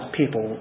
people